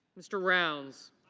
mr. rounds.